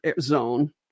zone